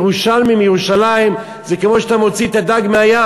ירושלמי מירושלים, זה כמו שאתה מוציא את הדג מהים.